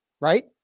right